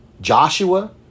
Joshua